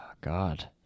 God